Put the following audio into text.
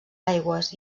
aigües